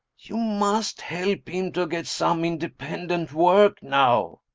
you must help him to get some independent work now!